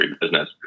business